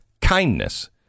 Kindness